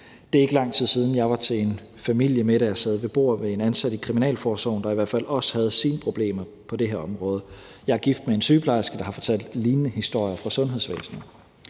Det er ikke lang tid siden, jeg var til en familiemiddag og sad til bords med en ansat i kriminalforsorgen, der i hvert fald også havde sine problemer på det her område. Jeg er gift med en sygeplejerske, der har fortalt lignende historier fra sundhedsvæsenet.